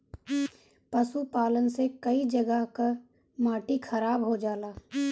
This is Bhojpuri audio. पशुपालन से कई जगह कअ माटी खराब हो जाला